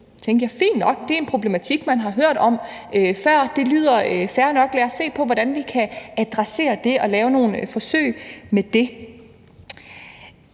det er en problematik, man har hørt om før, og det lyder da fair nok; lad os se på, hvordan vi kan adressere det og lave nogle forsøg med det.